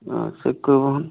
অঁ চেক কৰিবচোন